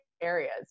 areas